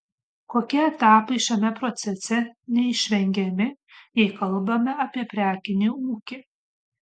kokie etapai šiame procese neišvengiami jei kalbame apie prekinį ūkį